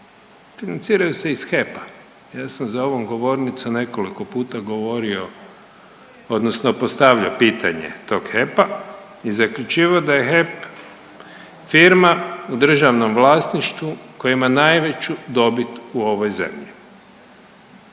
Financiraju se iz HEP-a. Ja sam za ovom govornicom nekoliko puta govorio odnosno postavljao pitanje tog HEP-a i zaključivao da je HEP firma u državnom vlasništvu koja ima najveću dobit u ovoj zemlji,